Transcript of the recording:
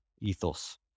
ethos